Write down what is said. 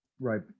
right